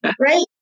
right